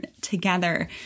together